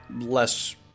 less